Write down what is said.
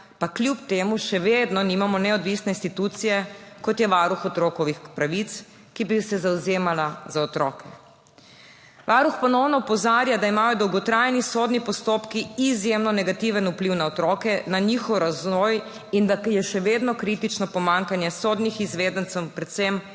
pa kljub temu še vedno nimamo neodvisne institucije, kot je Varuh otrokovih pravic, ki bi se zavzemala za otroke. Varuh ponovno opozarja, da imajo dolgotrajni sodni postopki izjemno negativen vpliv na otroke, na njihov razvoj in da je še vedno kritično pomanjkanje sodnih izvedencev, predvsem